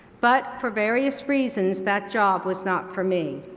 but for various reasons that job was not for me.